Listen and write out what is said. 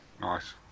Nice